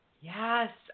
Yes